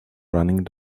running